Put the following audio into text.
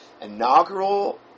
inaugural